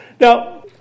Now